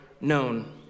known